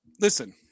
listen